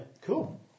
Cool